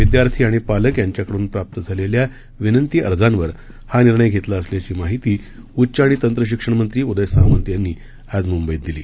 विद्यार्थी आणि पालक यांच्याकडून प्राप्त झालेल्या विनंती अर्जावर हा निर्णय घेतला असल्याची माहिती उच्च आणि तंत्र शिक्षण मंत्री उदय सामंत यांनी आज मुंबईत दिली